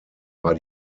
war